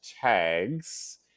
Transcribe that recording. tags